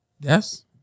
Yes